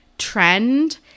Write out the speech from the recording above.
trend